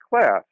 class